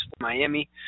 Miami